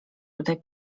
tutaj